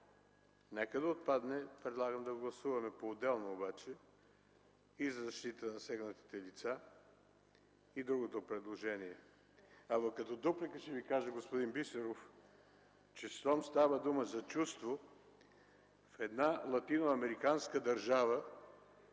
Нека да отпадне. Предлагам да гласуваме поотделно обаче и за защита на засегнатите лица, и другото предложение. Като дуплика ще Ви кажа, господин Бисеров, че щом става дума за чувство, в една латиноамериканска държава